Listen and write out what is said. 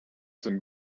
some